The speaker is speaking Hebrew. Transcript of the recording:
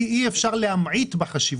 אי אפשר להמעיט בחשיבותו.